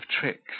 tricks